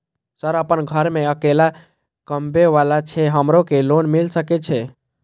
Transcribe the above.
Sir अगर घर में अकेला कमबे वाला छे हमरो के लोन मिल सके छे?